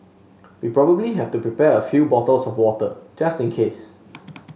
we probably have to prepare a few bottles of water just in case